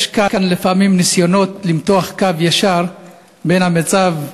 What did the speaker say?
יש כאן לפעמים ניסיונות למתוח קו ישר בין המצב,